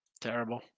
Terrible